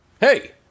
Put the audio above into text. Hey